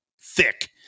thick